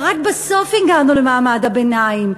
ורק בסוף הגענו למעמד הביניים,